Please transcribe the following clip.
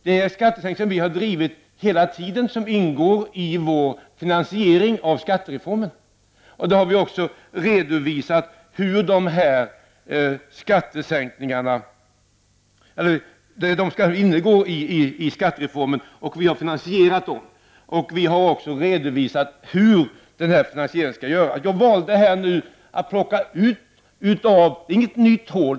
Det är skattesänkningskrav som vi har drivit hela tiden och som ingår i skattereformen. Vi har finansierat dem och redovisat hur finansieringen skall göras. Det jag valde att plocka ut innebär inte något nytt hål.